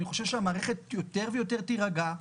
אני חושב שהמערכת יותר ויותר תירגע,